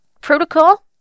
protocol